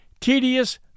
Tedious